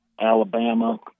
Alabama